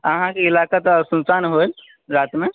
अहाँकेँ इलाका तऽ सुनसान होयत रातिमे